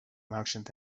merchant